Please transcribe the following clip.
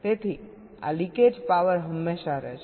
તેથી આ leakage power હંમેશા રહેશે